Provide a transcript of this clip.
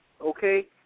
okay